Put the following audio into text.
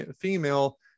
female